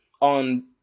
on